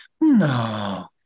no